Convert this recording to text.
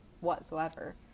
whatsoever